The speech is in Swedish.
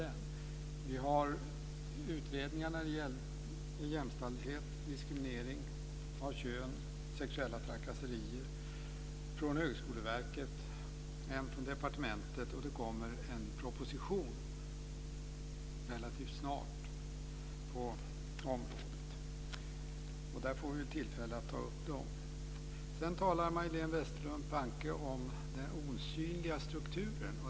Vi har utredningar när det gäller jämställdhet, diskriminering av kön, sexuella trakasserier. Det är en från Högskoleverket, och en från departementet. Det kommer en proposition relativt snart på området. Där får vi tillfälle att ta upp dem. Majléne Westerlund Panke talade om den osynliga strukturen.